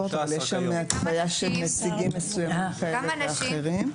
יש שם התוויה של נציגים מסוימים כאלה ואחרים.